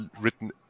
written